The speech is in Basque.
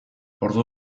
ordu